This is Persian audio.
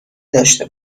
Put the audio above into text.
داشته